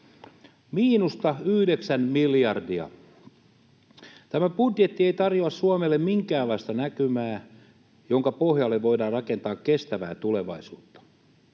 miinusta yhdeksän miljardia. Tämä budjetti ei tarjoa Suomelle minkäänlaista näkymää, jonka pohjalle voidaan rakentaa kestävää tulevaisuutta.